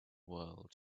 world